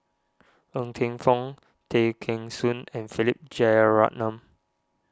Ng Teng Fong Tay Kheng Soon and Philip Jeyaretnam